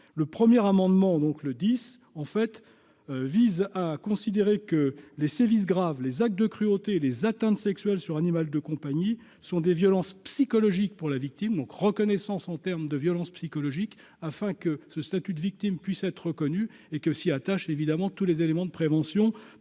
le premier amendement donc le dix en fait vise à considérer que les sévices graves, les actes de cruauté et les atteintes sexuelles sur animal de compagnie sont des violences psychologiques pour la victime, donc reconnaissance en termes de violence psychologique afin que ce statut de victimes puissent être reconnues et que s'y attache évidemment tous les éléments de prévention prévues